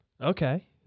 Okay